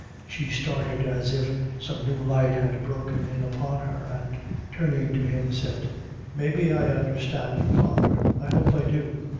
she started, as if some new light had broken in upon her, and turning to him, said maybe i undherstand you, father i hope i do.